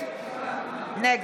(קוראת בשמות חברי הכנסת) ינון אזולאי,